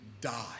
die